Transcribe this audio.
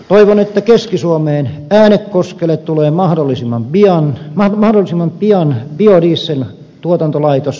toivon että keski suomeen äänekoskelle tulee mahdollisimman pian biodieselin tuotantolaitos